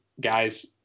guys